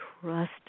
trust